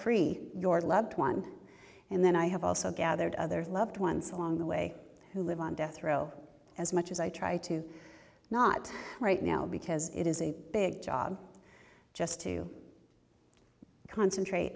free your loved one and then i have also gathered other loved ones along the way who live on death row as much as i try to not right now because it is a big job just to concentrate